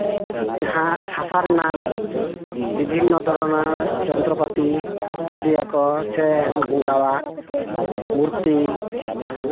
ᱡᱟᱦᱟᱸ ᱦᱟᱥᱟ ᱨᱮᱱᱟᱝ ᱵᱤᱵᱷᱤᱱᱱᱚ ᱫᱷᱚᱨᱚᱱᱮᱨ ᱡᱚᱱᱛᱚᱨᱚᱯᱟᱛᱤ ᱛᱳᱭᱨᱤᱭᱟᱠᱚ ᱥᱮ ᱵᱚᱸᱜᱟᱣᱟᱜ ᱢᱩᱨᱛᱤ